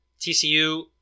TCU